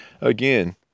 Again